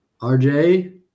RJ